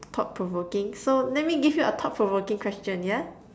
thought provoking so let me give you a thought provoking question yeah